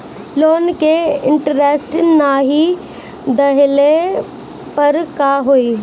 Loan के interest नाही देहले पर का होई?